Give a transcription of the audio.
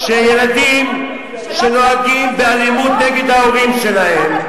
שילדים שנוהגים באלימות נגד ההורים שלהם,